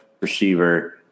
Receiver